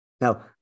Now